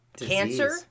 cancer